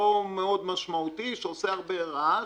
לא מאוד משמעותי, שעושה הרבה רעש.